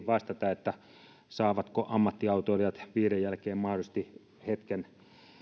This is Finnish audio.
vastata saavatko ammattiautoilijat viiden jälkeen mahdollisesti hetken